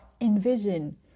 envision